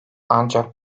ancak